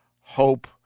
hope